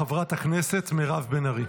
חברת הכנסת מירב בן ארי,